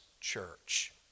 church